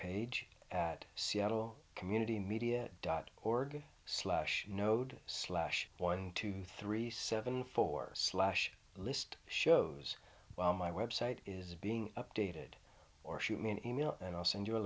page at seattle community media dot org slash node slash point two three seven four slash list shows my website is being updated or shoot me an email and i'll send you a